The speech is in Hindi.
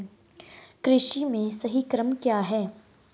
कृषि में सही क्रम क्या है?